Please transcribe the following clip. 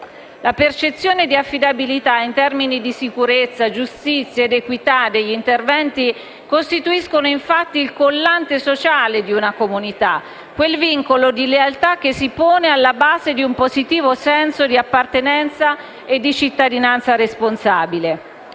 La percezione di affidabilità in termini di sicurezza, giustizia ed equità degli interventi costituiscono infatti il collante sociale di una comunità, quel vincolo di lealtà che si pone alla base di un positivo senso di appartenenza e di cittadinanza responsabile.